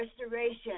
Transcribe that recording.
restoration